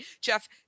Jeff